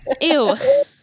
Ew